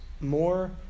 more